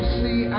see